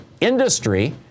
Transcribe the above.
industry